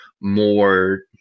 more